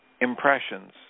impressions